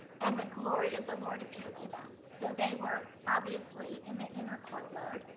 and the glory of the lord appeared to them. so they were obviously in the inner courtyard,